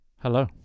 Hello